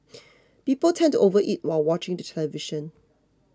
people tend to overeat while watching the television